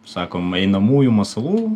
sakom einamųjų masalų